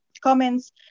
comments